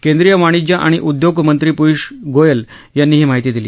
केंद्रीय वाणिज्य आणि उद्योग मंत्री पिय्ष गोयल यांनी ही माहिती दिली